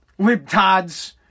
libtards